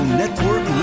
network